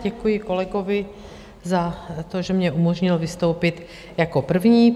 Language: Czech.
Děkuji kolegovi za to, že mně umožnil vystoupit jako první.